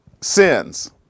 sins